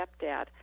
stepdad